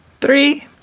Three